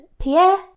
Pierre